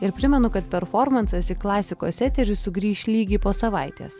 ir primenu kad performansas į klasikos eterį sugrįš lygiai po savaitės